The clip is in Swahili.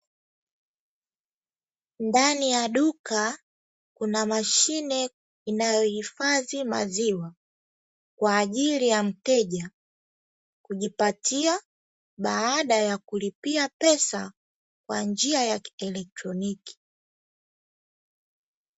Ndani ya duka kuna mashine inayohifadhi maziwa, kwa ajili ya mteja kujipatia baada ya kulipia pesa kwa njia ya kielektroniki.